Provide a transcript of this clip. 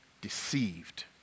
deceived